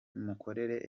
mukorere